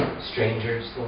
strangers